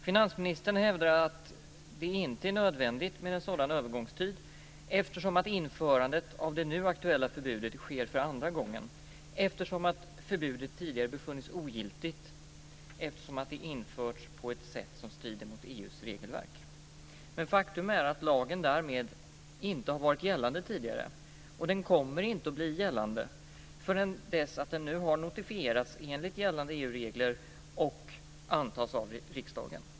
Finansministern hävdar att det inte är nödvändigt med en sådan övergångstid eftersom införandet av det nu aktuella förbudet sker för andra gången eftersom förbudet tidigare befunnits ogiltigt eftersom det införts på ett sätt som strider mot EU:s regelverk. Men faktum är att lagen därmed inte har varit gällande tidigare. Den kommer inte heller att bli gällande förrän den nu har notifierats enligt gällande EU-regler och antagits av riksdagen.